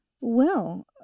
Well